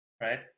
right